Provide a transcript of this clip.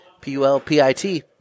P-U-L-P-I-T